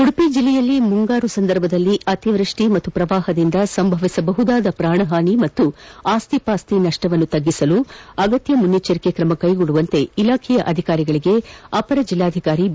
ಉಡುಪಿ ಜಿಲ್ಲೆಯಲ್ಲಿ ಮುಂಗಾರು ಸಂದರ್ಭದಲ್ಲಿ ಅತಿವ್ಯಕ್ಷಿ ಹಾಗೂ ಪ್ರವಾಪದಿಂದ ಸಂಭವಿಸಬಹುದಾದ ಪ್ರಾಣಹಾನಿ ಹಾಗೂ ಆಸ್ತಿ ಪಾಸ್ತಿ ನಷ್ಟ ತ್ಗಿಸಲು ಅಗತ್ಯ ಮುಂಜಾಗ್ರತಾ ಕ್ರಮ ಕೈಗೊಳ್ಳುವಂತೆ ಇಲಾಖಾ ಅಧಿಕಾರಿಗಳಿಗೆ ಅಪರ ಜಿಲ್ಲಾಧಿಕಾರಿ ಬಿ